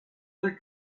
other